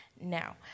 now